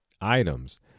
items